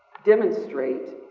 demonstrate,